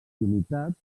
humitat